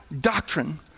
doctrine